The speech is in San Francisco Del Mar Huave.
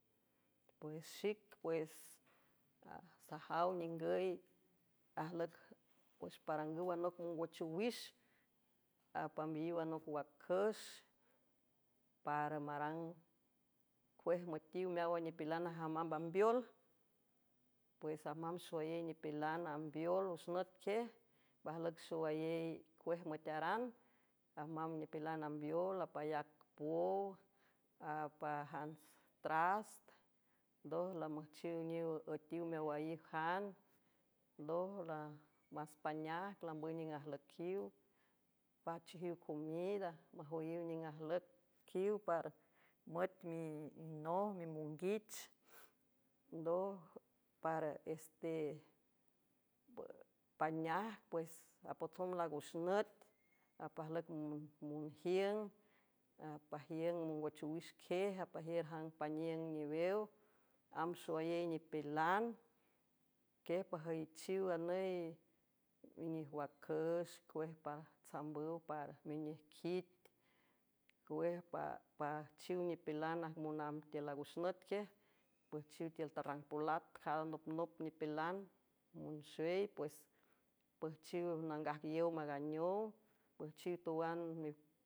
Pues xic uessajaw ningüy puex parangüw anoc mongwoch owix apmambiayiw anoc wacüx para marang cuej müetiw meáwan nipilan aja mamb ambeol pues apmamb xowayey nipilan ambeol wüx nüt quiej pajlüc cuej müetaran apmamb nipilan ambeol apmayac pow apajan trast ndoj lamüjchiwüetiw meowaiw jan ndoj lmás paneajc lambüw niüng ajlüiqiw pajchejiw comida majoayiw niüng ajlüquiw par müet minoj mimonguich ndoj paraestepaneajc pues apotsom lagwüx nüt apmajlüc monjiüng pajiüng mongoch owix quiej apmajiür jangpaniüng newew amb xowayey nipilan quiej pajüichiw anüy minijwacüx cuej patsambüw para minijquit cuej püjchiw nipilan amonamb tiül lagwüx nüt quiej püjchiw tiül tarrang polat jada nopnop nipilan monxey pues püjchiw nangajcyow maganeow püjchiw towani.